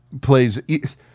plays